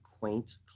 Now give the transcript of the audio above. quaint